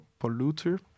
polluter